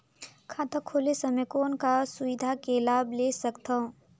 खाता खोले समय कौन का सुविधा के लाभ ले सकथव?